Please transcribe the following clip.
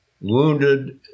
wounded